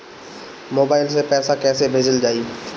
Mobile से पैसा कैसे भेजल जाइ?